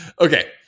Okay